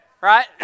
Right